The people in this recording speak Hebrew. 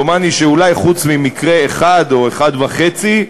דומני שאולי חוץ ממקרה אחד או אחד וחצי,